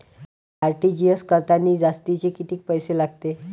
RTGS करतांनी जास्तचे कितीक पैसे लागते?